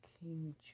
King